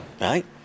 right